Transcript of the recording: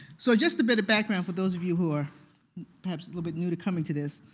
so just a bit of background for those of you who are perhaps a little bit new to coming to this.